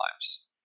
lives